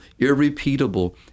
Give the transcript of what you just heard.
irrepeatable